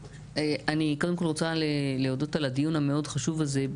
אני קודם כל רוצה להודות על הדיון המאוד חשוב הזה.